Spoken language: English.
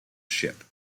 ship